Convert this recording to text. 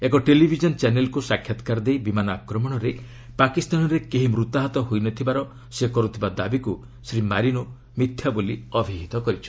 ଏକ ଟିଭି ଚ୍ୟାନେଲ୍କୁ ସାକ୍ଷାତକାର ଦେଇ ବିମାନ ଆକ୍ରମଣରେ ପାକିସ୍ତାନରେ କେହି ମୃତାହତ ହୋଇନଥିବାର ସେ କରୁଥିବା ଦାବିକୁ ଶ୍ରୀ ମାରିନୋ ମିଥ୍ୟା ବୋଲି ଅଭିହିତ କରିଛନ୍ତି